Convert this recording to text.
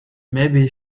maybe